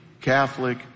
Catholic